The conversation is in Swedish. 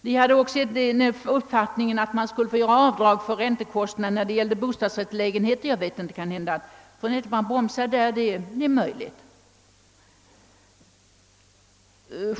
Vi har dessutom den uppfattningen att avdrag skall få göras för räntekostnaderna när det gäller bostadsrättslägenheter; jag vet inte om fru Nettelbrandt bromsar där — det är möjligt.